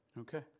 Okay